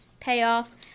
Payoff